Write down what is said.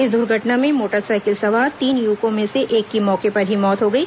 इस दुर्घटना में मोटरसाइकिल सवार तीन युवकों में से एक की मौके पर ही मौत हो गई